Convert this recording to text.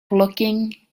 blocking